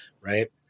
Right